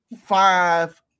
five